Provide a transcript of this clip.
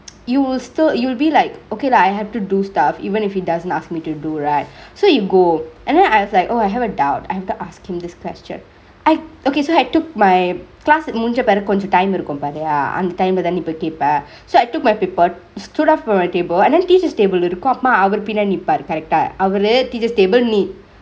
you will still you'll be like okay lah I have to do stuff even if he doesn't ask me to do right so you go and then I was like oh I have a doubt I need to ask him this question I okay so I took my class முடிஞ்ச பெரகு கொஞ்சொ:mudinja piragu konjo time இருக்கு பாரு அந்த:irukku paaru anthe time லதான நீ போய் கேப்ப:lathaa nee poi keppa so I took my paper stood up from my table and then teacher's table இருக்கு அப்ரோ அவரு பின்னாடி நிப்பாரு:irukku apro avaru pinnadi nipparu correct டா அவரு:taa avaru teacher's table நீ:nee